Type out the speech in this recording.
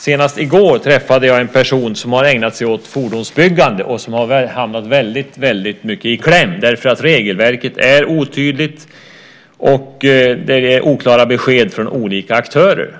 Senast i går träffade jag en person som har ägnat sig åt fordonsbyggande och som har hamnat väldigt mycket i kläm. Regelverket är otydligt, och det är oklara besked från olika aktörer.